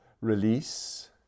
Release